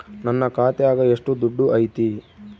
ನನ್ನ ಖಾತ್ಯಾಗ ಎಷ್ಟು ದುಡ್ಡು ಐತಿ?